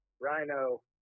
Rhino